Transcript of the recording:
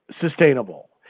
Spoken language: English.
sustainable